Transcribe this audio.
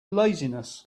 laziness